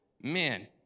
man